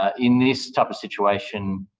ah in this type of situation,